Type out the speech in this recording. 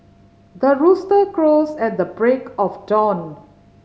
the rooster crows at the break of dawn